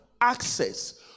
access